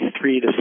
three